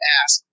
ask